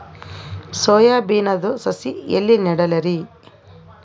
Soya ಬಿನದು ಸಸಿ ಎಲ್ಲಿ ನೆಡಲಿರಿ?